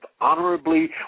honorably